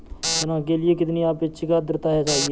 चना के लिए कितनी आपेक्षिक आद्रता चाहिए?